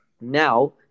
now